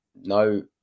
no